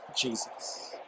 Jesus